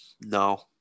No